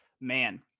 man